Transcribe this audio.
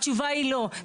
התשובה היא לא.